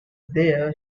there